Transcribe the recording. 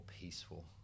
peaceful